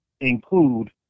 include